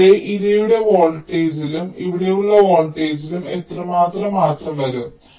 അതിനാൽ ഇവിടെ ഇരയുടെ വോൾട്ടിലും ഇവിടെയുള്ള വോൾട്ടേജിലും എത്രമാത്രം മാറ്റം വരും